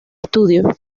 estudio